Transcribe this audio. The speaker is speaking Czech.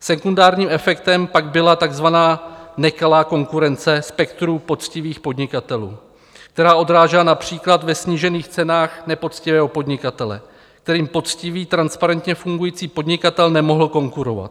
Sekundárním efektem pak byla takzvaná nekalá konkurence spektru poctivých podnikatelů, která odrážela například ve snížených cenách nepoctivého podnikatele, kterým poctivý transparentně fungující podnikatel nemohl konkurovat.